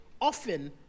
often